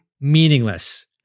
meaningless